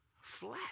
flat